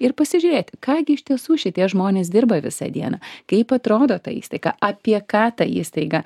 ir pasižiūrėti ką gi iš tiesų šitie žmonės dirba visą dieną kaip atrodo ta įstaiga apie ką ta įstaiga